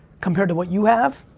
compared to what you have.